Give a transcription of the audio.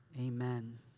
Amen